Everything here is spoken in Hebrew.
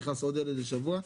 נכנס עוד ילד לשבוע,